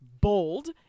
bold